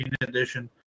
edition